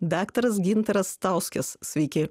daktaras gintaras stauskis sveiki